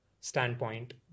standpoint